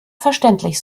verständlich